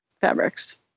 fabrics